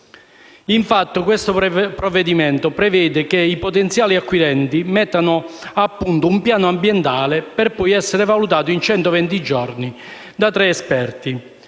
Infatti, questo provvedimento prevede che i potenziali acquirenti mettano a punto un piano ambientale che sarà poi valutato in centoventi giorni da tre esperti: